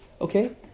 Okay